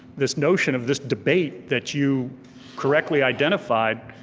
this notion of this debate that you correctly identified.